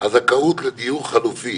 לראש הממשלה החליפי,